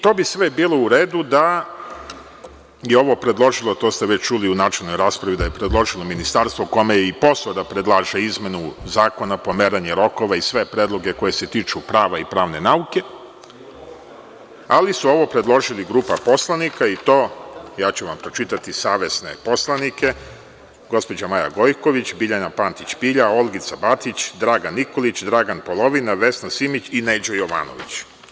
To bi sve bilo u redu da je ovo predložilo, to ste već čuli u načelnoj raspravi, ministarstvo kome je i posao da predlaže izmene zakona, pomeranje rokova i sve predloge koji se tiču prava i pravne nauke, ali su ovo predložili grupa poslanika i to, ja ću vam pročitati, savesne poslanike gospođa Maja Gojković, Biljana Pantić Pilja, Olgica Batić, Dragan Nikolić, Dragan Polovina, Vesna Simić i Neđo Jovanović.